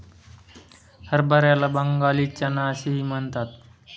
हरभऱ्याला बंगाली चना असेही म्हणतात